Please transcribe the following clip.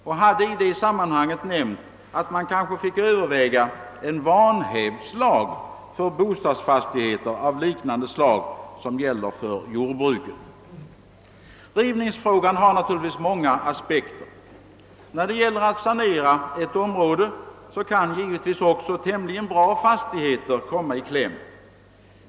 Han hade i det sammanhanget nämnt att man kanske fick överväga en vanhävdslag för bostadsfastigheter av liknande slag som den som gäller för jordbruket. Rivningsfrågan «har = naturligtvis många aspekter. När det gäller att sanera ett område kan också tämligen bra fastigheter komma i kläm.